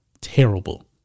terrible